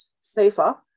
safer